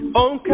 on